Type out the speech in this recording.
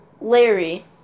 Larry